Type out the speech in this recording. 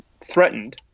threatened